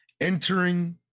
entering